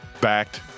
backed